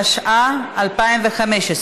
התשע"ה 2015,